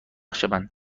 شوند